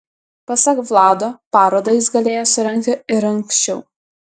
pasak vlado parodą jis galėjęs surengti ir anksčiau